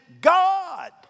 God